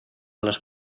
los